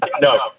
no